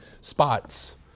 Spots